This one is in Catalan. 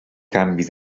canvi